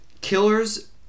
killers